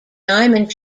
diamond